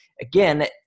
again